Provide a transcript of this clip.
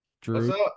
drew